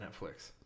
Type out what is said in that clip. Netflix